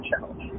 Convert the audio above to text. challenge